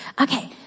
Okay